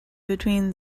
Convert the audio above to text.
between